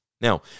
Now